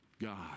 God